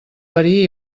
verí